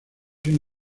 sin